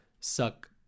suck